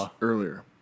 earlier